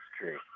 true